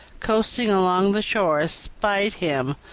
coasting along the shore, spied him